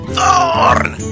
Thorn